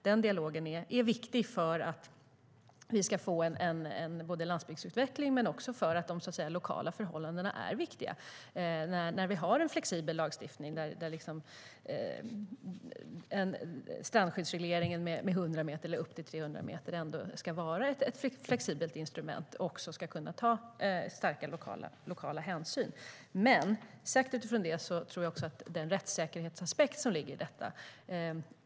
Den dialogen är viktig både för att landsbygden ska utvecklas och för de lokala förhållandena. Lagstiftningen är flexibel med en strandskyddsreglering från 100 meter upp till 300 meter. Det ska vara ett flexibelt instrument som ska ta starka lokala hänsyn. Med detta sagt finns det en rättssäkerhetsaspekt.